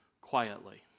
quietly